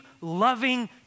loving